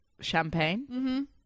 champagne